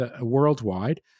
worldwide